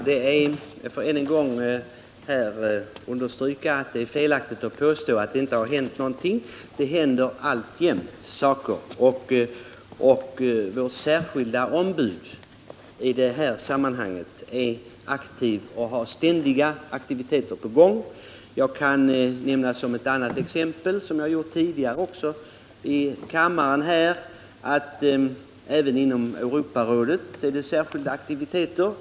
Herr talman! Jag får än en gång understryka att det är felaktigt att påstå att det inte har hänt någonting. Det händer alltjämt saker. Vårt särskilda ombud i detta sammanhang har ständiga aktiviteter på gång. Jag kan anföra som exempel — det har jag nämnt tidigare i kammaren — att det även inom Europarådet förekommer särskilda aktiviteter.